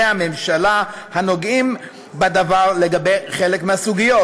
הממשלה הנוגעים בדבר לגבי חלק מהסוגיות,